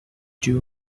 two